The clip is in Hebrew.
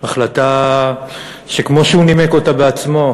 החלטה שכמו שהוא נימק אותה בעצמו,